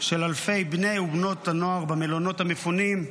של אלפי בני ובנות הנוער במלונות המפונים,